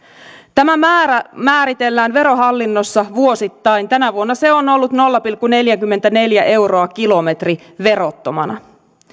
tämä määrä määritellään verohallinnossa vuosittain tänä vuonna se on ollut nolla pilkku neljäkymmentäneljä euroa per kilometri verottomana